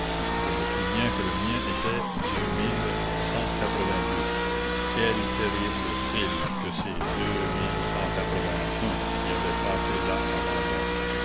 je me la commune souviens que le mien était uelles terribles files que ces qui avaient passé là avant moi